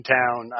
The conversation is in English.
town